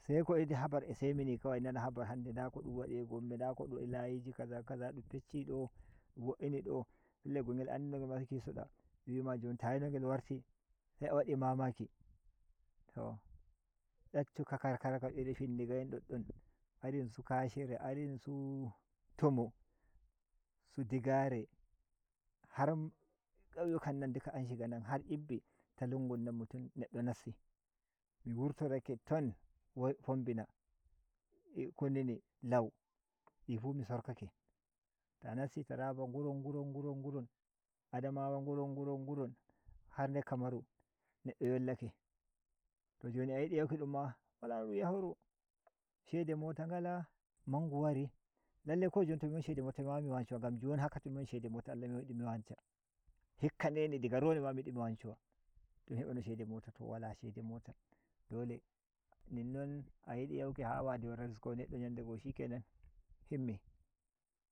Seko hebi habar a semini kawai nana habar nda ko dun wadi a gombe nda ko dun wadi layidi kaza kaza dun pecci do dun wo’ini do pellel gongel a ardono ngel se kiso da dun wima tayi no ngel warti se a wadi mamaki to daccu ka karkara kam iri pindiga en doddon irisn Kashere irinsu tumu su Digare har kanyukan nan duka an shiga nan har Ibbi ta lungun nan mutuum neddo nasti mi wurtorake ton wai fombina hesit kunini Lau dif mi sorkake ta nasti Taraba nguron nguro on nguron nguron Adamawa nugron nguron nguron har nder kamaru neddo yollake to ayidi yankidum ma wala no dun yahoro shede mote ngala mangu wari lallhi ko jon to mi won shede mota mi wawai mi wanshowa ngam jon haka to min won shede mota Allah midon yidi mi wansha hikka nde ni daga rowani mi yidi mi wanshowa to mi hebai no shede mota to wala shede mota dole ninnon ayidi yanki ha wade wara risk neddo yande go shikenan himmi.